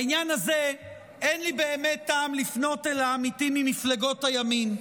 בעניין הזה אין לי באמת טעם לפנות אל העמיתים ממפלגות הימין.